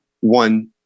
one